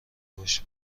باش